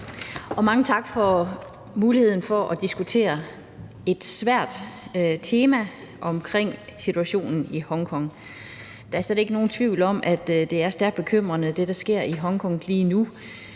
af. Mange tak for muligheden for at diskutere et svært tema, nemlig situationen i Hongkong. Der er slet ikke nogen tvivl om, at det, der sker i Hongkong lige nu,